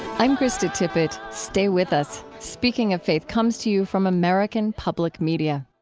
i'm krista tippett. stay with us. speaking of faith comes to you from american public media